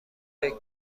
فکر